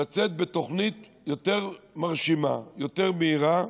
לצאת בתוכנית יותר מרשימה, יותר בהירה,